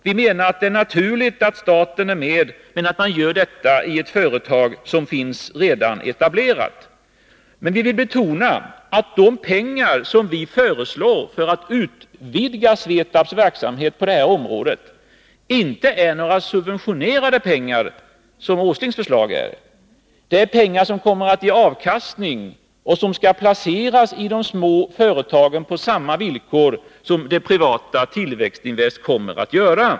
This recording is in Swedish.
Vi menar att det är naturligt att staten är med, men detta bör ske genom ett företag som redan finns etablerat. Vi vill betona att de pengar som vi föreslår för att utvidga Svetabs verksamhet på det här området inte är några subventionerade pengar, som Nils Åslings förslag innebär. Det är pengar som kommer att ge avkastning och som skall placeras i de små företagen på samma villkor som det privata Tillväxtinvest kommer att göra.